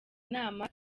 inama